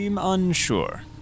unsure